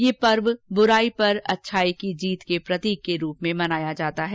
यह पर्व बुराई पर अच्छाई की जीत के प्रतीक के रूप में मनाया जाता है